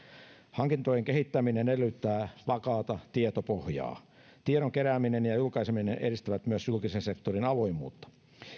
hankintojen kehittäminen edellyttää vakaata tietopohjaa tiedon kerääminen ja ja julkaiseminen edistävät myös julkisen sektorin avoimuutta